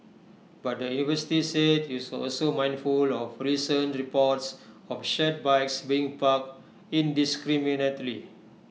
but the university said IT was also mindful of recent reports of shared bikes being parked indiscriminately